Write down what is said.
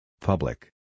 Public